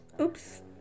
Oops